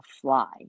fly